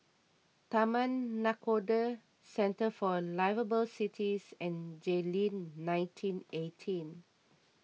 Taman Nakhoda Centre for Liveable Cities and Jayleen nineteen eighteen